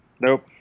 Nope